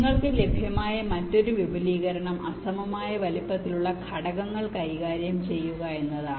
നിങ്ങൾക്ക് ലഭ്യമായ മറ്റൊരു വിപുലീകരണം അസമമായ വലിപ്പത്തിലുള്ള ഘടകങ്ങൾ കൈകാര്യം ചെയ്യുക എന്നതാണ്